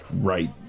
right